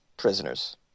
prisoners